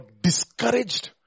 discouraged